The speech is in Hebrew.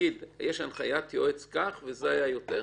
להגיד יש הנחיית יועץ כך וזה היה יותר?